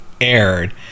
aired